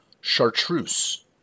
Chartreuse